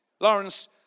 Lawrence